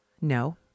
No